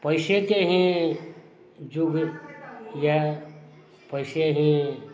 पैसेके ही जग यऽ पैसे ही